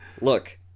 look